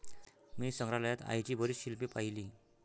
मी संग्रहालयात आईची बरीच शिल्पे पाहिली